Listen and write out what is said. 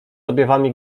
objawami